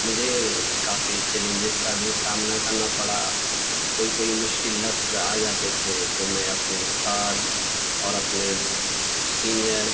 مجھے کافی چیلینجز کا بھی سامنا کرنا پڑا کوئی کوئی مشکل لفظ آجاتے تھے تو میں اپنے استاد اور اپنے سینئر